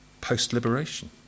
post-liberation